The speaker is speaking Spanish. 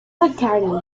mccartney